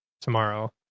tomorrow